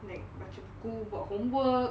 like baca buku about homework